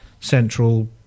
central